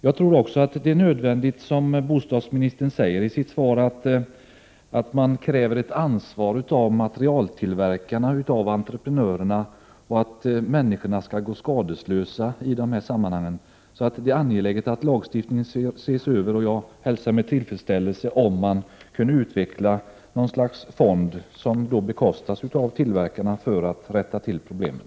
Jag tror också att det är nödvändigt, som bostadsministern säger i sitt svar, att kräva ett ansvar av materialtillverkarna och entreprenörerna så att människor kan hållas skadeslösa. Det är angeläget att lagstiftningen ses över, och jag skulle hälsa med tillfredsställelse om något slags fond kunde inrättas, bekostad av tillverkarna, för att rätta till problemen.